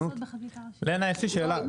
יש לי שאלה.